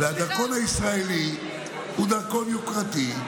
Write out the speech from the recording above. הדרכון הישראלי הוא דרכון יוקרתי,